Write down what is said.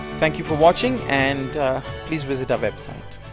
thank you for watching and please visit our website!